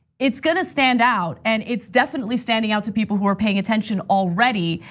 it's gonna stand out. and it's definitely standing out to people who are paying attention already.